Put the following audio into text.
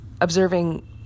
observing